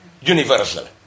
universal